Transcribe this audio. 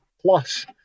plus